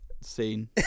Scene